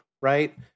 right